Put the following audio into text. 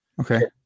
okay